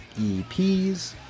EPs